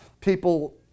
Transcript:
people